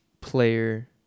player